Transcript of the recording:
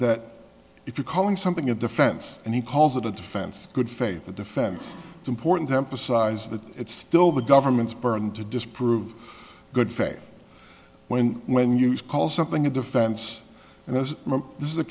that if you calling something a defense and he calls it a defense good faith the defense it's important to emphasize that it's still the government's burden to disprove good faith when when you call something a defense and as this is